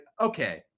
okay